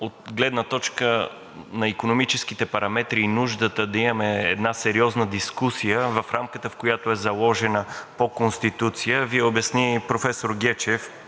от гледна точка на икономическите параметри и нуждата да имаме една сериозна дискусия в рамката, която е заложена по Конституция, Ви обясни професор Гечев.